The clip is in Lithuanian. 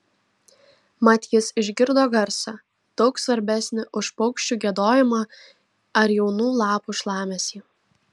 mat jis išgirdo garsą daug svarbesnį už paukščių giedojimą ar jaunų lapų šlamesį